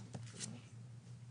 אני אסביר.